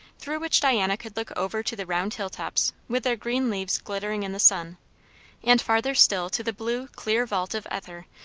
through which diana could look over to the round hill-tops, with their green leaves glittering in the sun and farther still, to the blue, clear vault of ether,